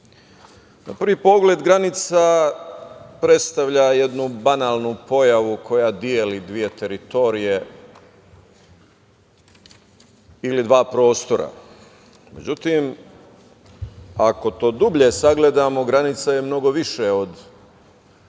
prvi pogled, granica predstavlja jednu banalnu pojavu koja deli dve teritorije ili dva prostora, međutim, ako to dublje sagledamo granica je mnogo više od same